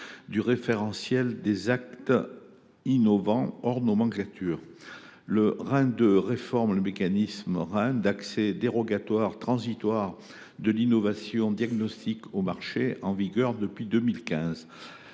du référentiel des actes innovants hors nomenclature (RIHN). Ce « RIHN 2.0 » réforme l’accès dérogatoire transitoire de l’innovation diagnostique au marché, en vigueur depuis 2015.